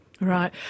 Right